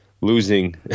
losing